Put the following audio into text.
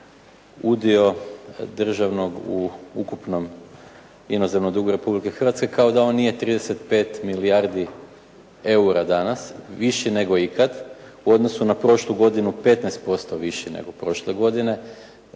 udio državnog u ukupnom inozemnom dugu Republike Hrvatske kao da on nije 35 milijardi eura danas, viši nego ikad u odnosu na prošlu godinu 15% viši nego prošle godine,